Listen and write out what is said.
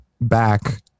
back